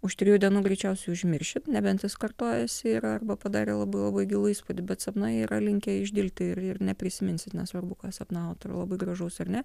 už trijų dienų greičiausiai užmiršit nebent jis kartojasi yra arba padarė labai labai gilų įspūdį bet sapnai yra linkę išdilti ir ir neprisiminsit nesvarbu ką sapnavot labai gražaus ar ne